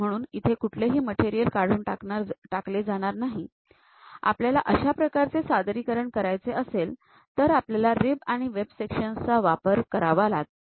म्हणून इथून कुठलेही मटेरियल काढून टाकले जाणार नाही आपल्याला अशा प्रकारचे सादरीकरण करायचे असेल तर आपल्याला रिब आणि वेब सेक्शन्स चा वापर करावा लागतो